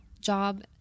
job